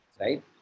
right